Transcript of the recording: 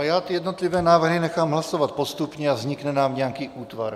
Ty jednotlivé návrhy nechám hlasovat postupně a vznikne nám nějaký útvar.